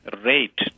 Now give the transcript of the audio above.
rate